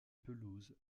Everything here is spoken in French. pelouses